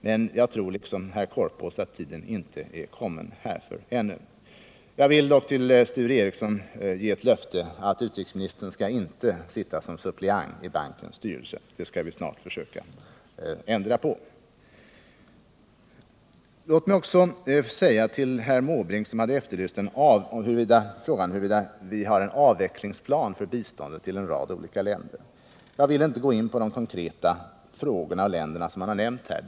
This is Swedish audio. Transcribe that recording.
Men jag tror liksom herr Korpås att tiden inte är mogen ännu. Jag vill dock ge Sture Ericson det löftet att utrikesministern inte skall sitta som suppleant i bankens styrelse. Den ordningen skall vi snarast försöka ändra på. Herr Måbrink har ställt frågan om vi har en avvecklingsplan för bistånd till en rad olika länder. Jag vill inte gå in på de konkreta frågor och de länder som har nämnts här.